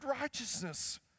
righteousness